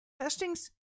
Testings